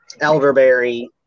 elderberry